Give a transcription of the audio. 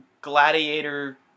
gladiator